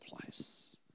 place